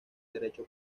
derecho